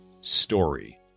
story